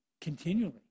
continually